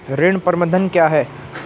ऋण प्रबंधन क्या है?